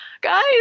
Guys